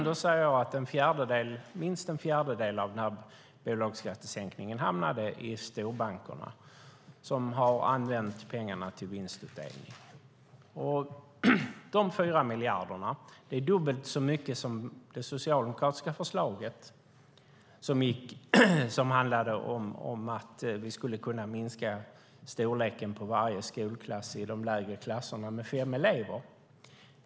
Då säger jag att minst en fjärdedel av denna bolagsskattesänkning hamnade i storbankerna, som har använt pengarna till vinstutdelning. Dessa 4 miljarder är dubbelt så mycket som beloppet i det socialdemokratiska förslaget som handlade om att vi skulle kunna minska storleken på varje skolklass i de lägre klasserna med fem elever.